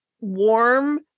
warm